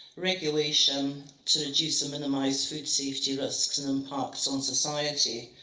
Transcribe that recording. regulation to reduce and minimize food safety risks and impacts on society.